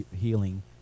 healing